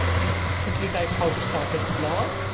simply type how to start a blog,